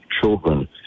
children